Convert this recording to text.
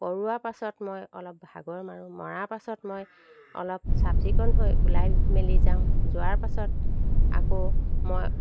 কৰোৱা পাছত মই অলপ ভাগৰ মাৰো মাৰা পাছত মই অলপ চাফ চিকণ হৈ ওলাই মেলি যাওঁ যোৱাৰ পাছত আকৌ মই